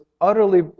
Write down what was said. utterly